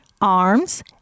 arms